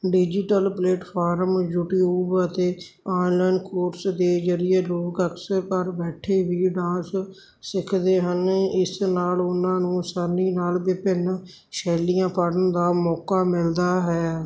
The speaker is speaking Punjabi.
ਡਿਜੀਟਲ ਪਲੇਟਫਾਰਮ ਯੂਟੀਊਬ ਅਤੇ ਆਨਲਾਈਨ ਕੋਰਸ ਦੇ ਜ਼ਰੀਏ ਲੋਕ ਅਕਸਰ ਪਰ ਬੈਠੇ ਵੀ ਡਾਂਸ ਸਿੱਖਦੇ ਹਨ ਇਸ ਨਾਲ ਉਹਨਾਂ ਨੂੰ ਆਸਾਨੀ ਨਾਲ ਵਿਭਿੰਨ ਸ਼ੈਲੀਆਂ ਪੜ੍ਹਣ ਦਾ ਮੌਕਾ ਮਿਲਦਾ ਹੈ